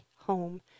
home